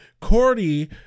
Cordy